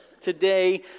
today